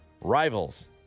rivals